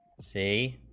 c